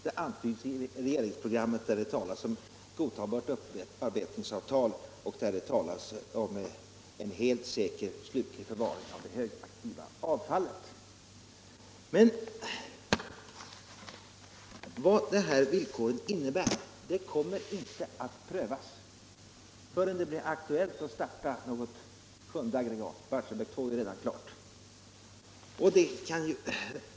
De antyds i regeringsprogrammet, där det talas om godtagbart upparbetningsavtal och en helt säker slutlig förvaring av det högaktiva avfallet. Men vad det här villkoret innebär kommer inte att prövas förrän det blir aktuellt att starta ett sjunde aggregat — att Barsebäck 2 skall startas är ju redan klart.